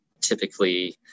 Typically